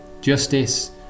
justice